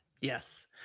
Yes